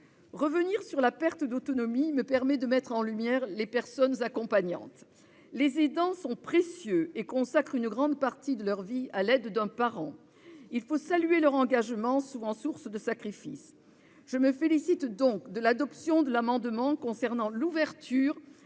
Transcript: Revenir sur la perte d'autonomie me permet de mettre en lumière les personnes accompagnantes. Les aidants sont précieux et consacrent une grande partie de leur vie à l'aide d'un parent. Leur engagement, souvent source de sacrifices, doit être salué. Je me félicite donc de l'adoption de l'amendement concernant l'ouverture